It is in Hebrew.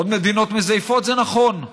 עוד מדינות מזייפות, זה נכון,